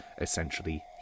essentially